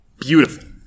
Beautiful